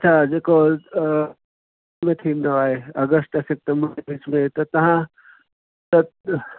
अच्छा जेको ईअं थींदो आहे अगस्त सेप्टेंबर जे विच में त तव्हां त